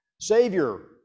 Savior